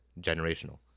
generational